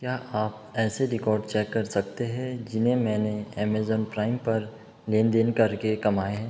क्या आप ऐसे रिकार्ड चेक कर सकते हैं जिन्हें मैंने अमेज़न प्राइम पर लेन देन करके कमाए हैं